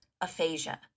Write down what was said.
aphasia